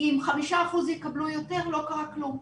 אם 5% יקבלו יותר לא קרה כלום.